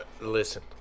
Listen